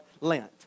Lent